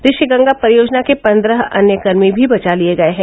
ऋषिगंगा परियोजना के पन्द्रह अन्य कर्मी भी बचा लिये गये हैं